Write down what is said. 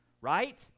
right